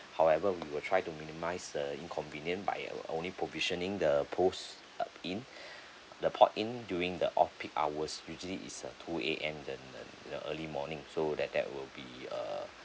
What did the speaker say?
however we will try to minimise uh inconvenient by uh only provisioning the post in the port in during the off peak hours usually is a two A_M and and the early morning so that that will be a